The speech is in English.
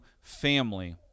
family